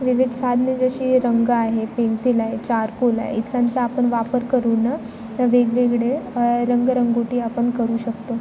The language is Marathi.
विविध साधने जशी रंग आहे पेन्सिल आहे चारकोल आहे इतकांचा आपण वापर करून वेगवेगळे रंगरंगोटी आपण करू शकतो